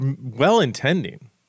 well-intending